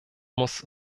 muss